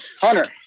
Hunter